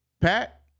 Pat